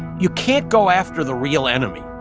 you can't go after the real enemy.